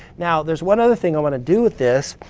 now there's one other thing i want to do with this.